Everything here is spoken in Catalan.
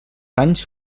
anys